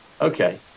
Okay